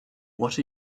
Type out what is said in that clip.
what